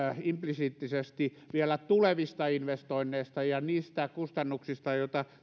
implisiittisesti vielä tulevista investoinneista ja niistä kustannuksista joita